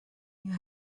you